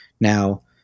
Now